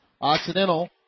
Occidental